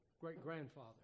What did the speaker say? great-grandfather